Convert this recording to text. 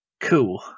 Cool